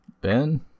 Ben